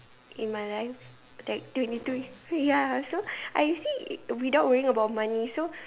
in my life like twenty two ya so I see without worrying about money so